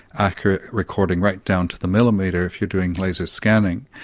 accurate recording, right down to the millimetre if you're doing laser scanning.